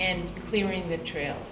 and clearing the trail